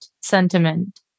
sentiment